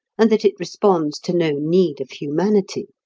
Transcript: and that it responds to no need of humanity.